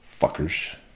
Fuckers